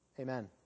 Amen